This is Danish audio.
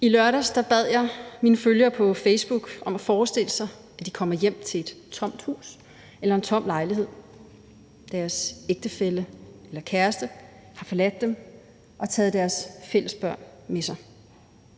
I lørdags bad jeg mine følgere på Facebook om at forestille sig, at de kommer hjem til et tomt hus eller en tom lejlighed – deres ægtefælle eller kæreste har forladt dem og taget deres fælles børn med sig.